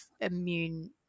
immune